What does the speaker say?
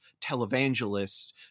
televangelists